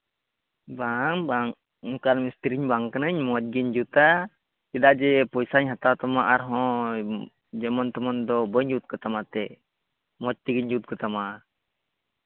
ᱵᱟᱝ ᱵᱟᱝ ᱚᱱᱠᱟᱱ ᱢᱤᱥᱛᱨᱤ ᱦᱚᱸ ᱵᱟᱝ ᱠᱟᱹᱱᱟᱹᱧ ᱢᱚᱡᱽ ᱜᱤᱧ ᱡᱩᱛᱟ ᱪᱮᱫᱟᱜ ᱡᱮ ᱯᱚᱭᱥᱟᱧ ᱦᱟᱛᱟᱣ ᱛᱟᱢᱟ ᱟᱨᱦᱚᱸ ᱡᱮᱢᱚᱱ ᱛᱮᱢᱚᱱ ᱫᱚ ᱵᱟᱹᱧ ᱡᱩᱛ ᱠᱟᱛᱟᱢᱟ ᱮᱱᱛᱮᱫ ᱢᱚᱡᱽ ᱛᱮᱜᱮᱧ ᱡᱩᱛ ᱠᱟᱛᱟᱢᱟ